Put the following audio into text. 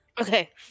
Okay